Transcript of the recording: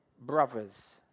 brothers